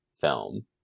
film